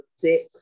six